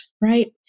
right